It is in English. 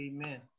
Amen